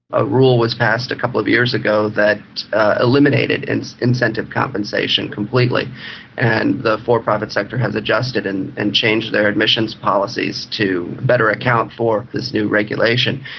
a rule was passed a couple of years ago that eliminated and incentive compensation completely and the for-profit sector has adjusted and and changed their admissions policies to better account for this new regulation.